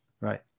right